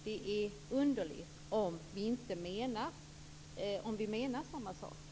Det är underligt, om vi nu menar samma sak.